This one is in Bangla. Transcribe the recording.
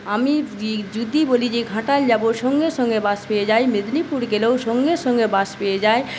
আমি যদি বলি যে ঘাটাল যাব সঙ্গে সঙ্গে বাস পেয়ে যাই মেদিনীপুর গেলেও সঙ্গে সঙ্গে বাস পেয়ে যাই